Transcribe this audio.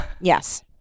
Yes